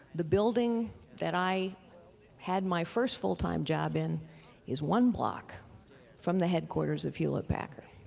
the building that i had my first full time job in is one block from the headquarters of hewlett packard.